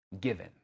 given